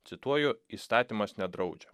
cituoju įstatymas nedraudžia